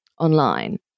online